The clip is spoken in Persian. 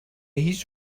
هیچ